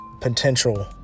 potential